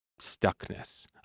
stuckness